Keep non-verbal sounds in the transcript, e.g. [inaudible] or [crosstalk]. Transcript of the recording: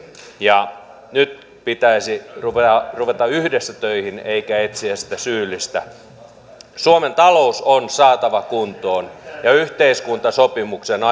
ja nyt pitäisi ruveta yhdessä töihin eikä etsiä sitä syyllistä suomen talous on saatava kuntoon ja yhteiskuntasopimuksen [unintelligible]